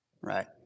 right